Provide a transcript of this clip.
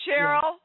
Cheryl